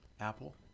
Apple